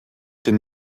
den